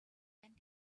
when